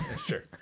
Sure